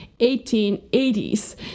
1880s